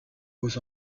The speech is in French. aux